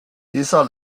dieser